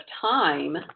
time